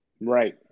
Right